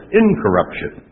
incorruption